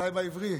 מתי בעברי?